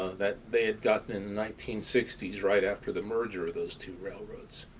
that they had gotten in nineteen sixty s right after the merger of those two railroads.